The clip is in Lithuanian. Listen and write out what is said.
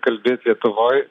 kalbėt lietuvoj